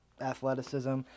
athleticism